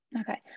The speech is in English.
Okay